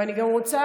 ואני רוצה,